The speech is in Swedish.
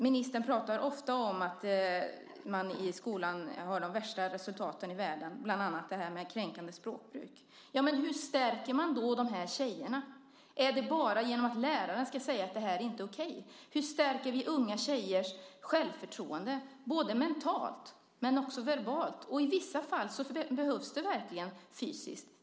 Ministern pratar ofta om att man i skolan har de värsta resultaten i världen, bland annat när det gäller kränkande språkbruk. Ja, men hur stärker man då de här tjejerna? Är det bara genom att läraren ska säga att det här inte är okej? Hur stärker vi unga tjejers självförtroende - mentalt men också verbalt? I vissa fall behövs det verkligen också fysiskt.